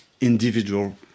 individual